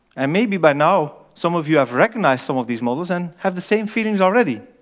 and maybe by now some of you have recognized some of these models and have the same feelings already.